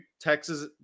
Texas